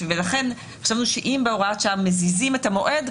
ולכן חשבנו שאם בהוראת שעה מזיזים את המועד,